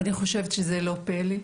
אני חושבת שזה לא פלא,